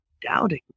doubting